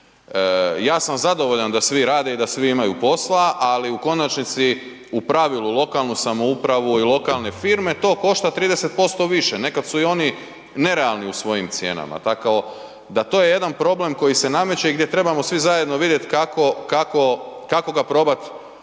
Ja sam zadovoljan da svi rade i da svi imaju posla, ali u konačnici u pravilu lokalnu samoupravu i lokalne firme to košta 30% više. Nekad su i oni nerealni u svojim cijenama, tako da to je jedan problem koji se nameće gdje trebamo svi zajedno vidjet kako, kako ga probat